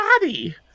body